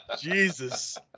Jesus